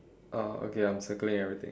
oh okay I'm circling everything